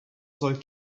soll